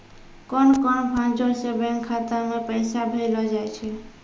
कोन कोन भांजो से बैंक खाता मे पैसा भेजलो जाय छै?